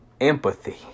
empathy